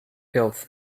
fills